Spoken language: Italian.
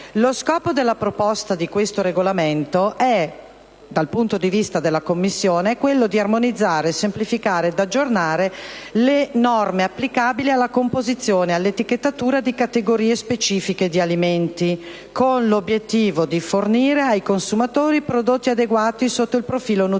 Lo scopo di questa proposta di regolamento dal punto di vista della Commissione è quello di armonizzare, semplificare ed aggiornare le norme applicabili alla composizione e all'etichettatura di categorie specifiche di alimenti, con l'obiettivo di fornire ai consumatori prodotti adeguati sotto il profilo nutrizionale,